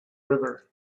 river